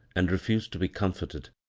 and refused to be comforted.